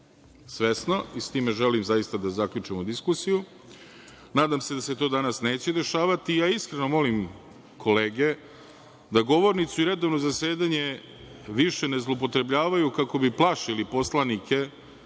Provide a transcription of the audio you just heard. svesno i s time želim da zaključim ovu diskusiju. Nadam se da se to danas neće dešavati. Iskreno molim kolege da govornicu i redovno zasedanje više ne zloupotrebljavaju kako bi plašili poslanike